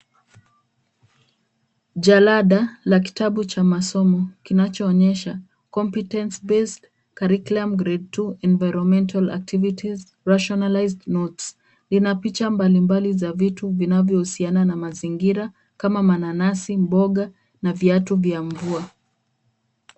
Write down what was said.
Jalada la kitabu cha masomo kinachoonyesha Competence Based Curriculum grade two Environmental Activities Rationalizes Notes . Vina picha mbalimbali ya vitu vinavyohusiana na mazingira kama mananasi, mboga na viatu vya mvua.